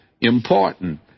important